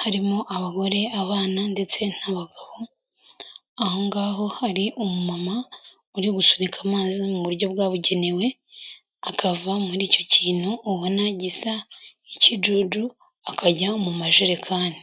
harimo abagore abana ndetse n'abagabo, aho ngaho hari umumama uri gusunika amazi mu buryo bwabugenewe, akava muri icyo kintu ubona gisa nk'ikijuju akajya mu majerekani.